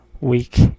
week